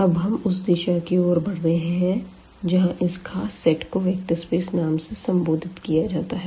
अब हम उस दिशा की ओर बढ़ रहें हैं जहां इस ख़ास सेट को वेक्टर स्पेस नाम से संबोधित किया जाता है